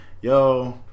yo